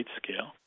scale